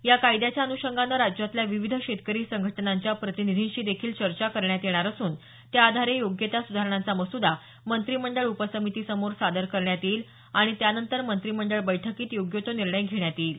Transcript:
या कायद्याच्या अनुषंगाने राज्यातल्या विविध शेतकरी संघटनांच्या प्रतिनिधींशी देखील चर्चा करण्यात येणार असून त्याआधारे योग्य त्या सुधारणांचा मसूदा मंत्रिमंडळ उपसमितीसमोर सादर करण्यात येईल आणि त्यानंतर मंत्रिमंडळ बैठकीत योग्य तो निर्णय घेण्यात येईल